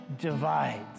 divides